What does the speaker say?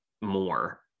more